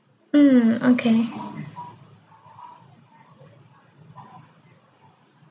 mm okay